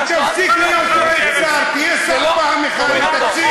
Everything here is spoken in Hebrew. תהיה רציני פעם אחת.